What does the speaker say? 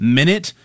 minute